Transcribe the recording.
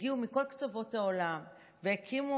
הגיעו מכל קצוות העולם והקימו,